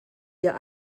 ihr